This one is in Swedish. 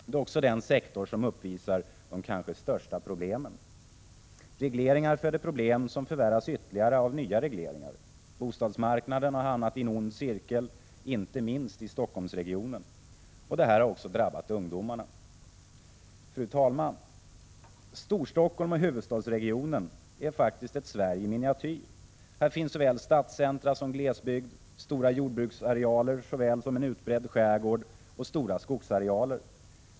Det är också den sektor som uppvisar de kanske största problemen. Regleringar föder problem, som förvärras ytterligare av nya regleringar. Bostadsmarknaden har hamnat i en ond cirkel, inte minst i Stockholmsregionen. Detta har också drabbat ungdomarna. Fru talman! Storstockholm och huvudstadsregionen är ett Sverige i miniatyr. Här finns såväl stadscentra som glesbygd, stora jordbruksarealer såväl som en utbredd skärgård och stora skogsarealer.